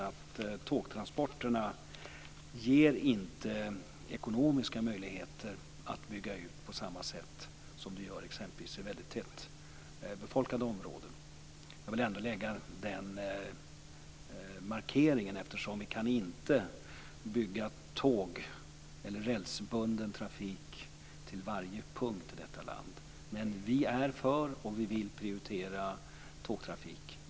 Det finns inte ekonomiska möjligheter att bygga ut tågtrafiken i Sverige på samma sätt som det gör i t.ex. mycket tätbefolkade områden. Jag vill göra denna markering, eftersom vi inte kan bygga rälsbunden trafik till varje punkt i detta land. Men vi är för och vi vill prioritera tågtrafik.